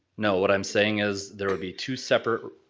no, what i'm saying is there would be two separate,